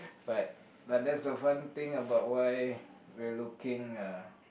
but but that's the fun thing about why we're looking uh